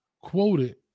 quoted